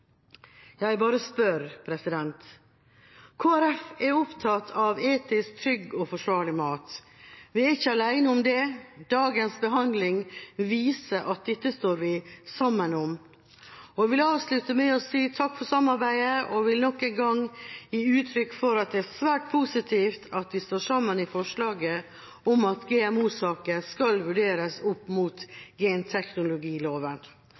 Jeg bare spør. Kristelig Folkeparti er opptatt av etisk, trygg og forsvarlig mat. Vi er ikke alene om det. Dagens behandling viser at dette står vi sammen om. Jeg vil avslutte med å si takk for samarbeidet og vil nok en gang gi uttrykk for at det er svært positivt at vi står sammen i forslaget om at GMO-saker skal vurderes opp mot